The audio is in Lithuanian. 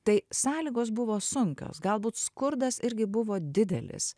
tai sąlygos buvo sunkios galbūt skurdas irgi buvo didelis